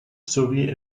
sowie